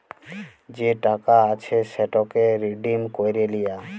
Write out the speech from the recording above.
যে টাকা আছে সেটকে রিডিম ক্যইরে লিয়া